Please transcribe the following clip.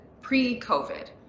pre-COVID